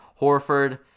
Horford